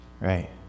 Right